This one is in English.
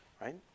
right